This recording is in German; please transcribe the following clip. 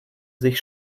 sich